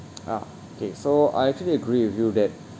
ah okay so I actually agree with you that